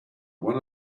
one